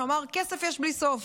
שכסף יש בלי סוף,